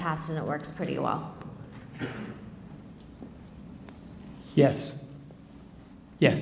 past and it works pretty well yes yes